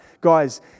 Guys